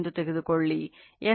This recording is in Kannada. f 50 hertz